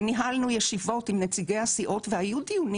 וניהלנו ישיבות עם נציגי הסיעות והיו דיונים